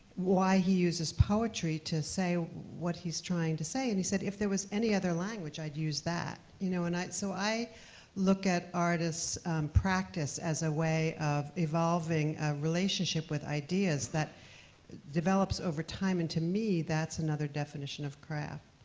why he uses poetry to say what he's trying to say. and he says, if there was any other language, i would use that. you know and so i look at art as practice, as a way of evolving a relationship with ideas that develops over time, and to me, that's another definition of craft.